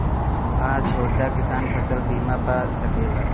हा छोटा किसान फसल बीमा पा सकेला?